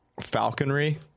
falconry